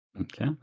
Okay